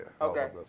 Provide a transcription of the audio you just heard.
Okay